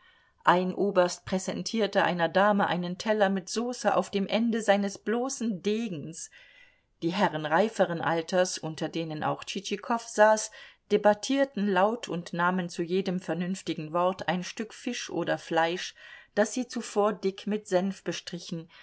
ein oberst präsentierte einer dame einen teller mit soße auf dem ende seines bloßen degens die herren reiferen alters unter denen auch tschitschikow saß debattierten laut und nahmen zu jedem vernünftigen wort ein stück fisch oder fleisch das sie zuvor dick mit senf bestrichen